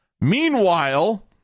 Meanwhile